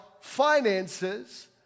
finances